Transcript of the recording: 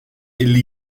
elli